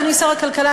אדוני שר הכלכלה,